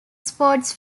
sports